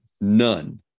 None